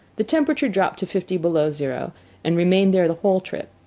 the temperature dropped to fifty below zero and remained there the whole trip.